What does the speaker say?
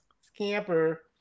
Scamper